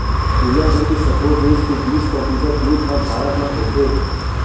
दुनिया भर के सबो देस के बीस परतिसत दूद ह भारत म होथे